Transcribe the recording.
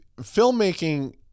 filmmaking